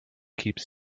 keeps